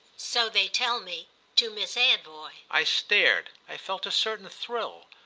so they tell me to miss anvoy. i stared i felt a certain thrill.